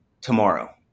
tomorrow